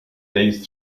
these